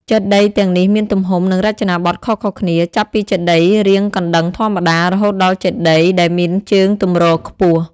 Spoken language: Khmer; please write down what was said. ចេតិយទាំងនេះមានទំហំ និងរចនាបថខុសៗគ្នា ចាប់ពីចេតិយរាងកណ្តឹងធម្មតា រហូតដល់ចេតិយដែលមានជើងទម្រខ្ពស់។